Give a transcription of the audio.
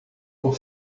por